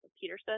peterson